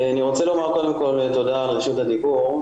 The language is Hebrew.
לומר קודם כל תודה על רשות הדיבור.